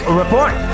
report